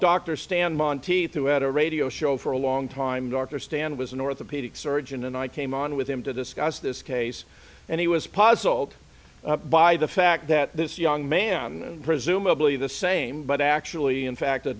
doctor stand monti through at a radio show for a long time dr stan was an orthopedic surgeon and i came on with him to discuss this case and he was puzzled by the fact that this young man and presumably the same but actually in fact a